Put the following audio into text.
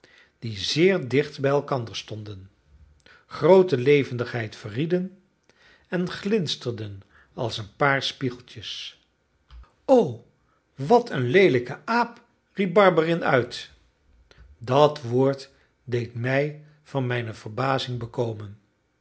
die zeer dicht bij elkander stonden groote levendigheid verrieden en glinsterden als een paar spiegeltjes o wat een leelijke aap riep barberin uit dat woord deed mij van mijne verbazing bekomen